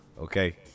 okay